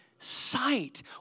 sight